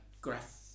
graph